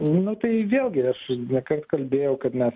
na tai vėlgi aš ne kart kalbėjau kad mes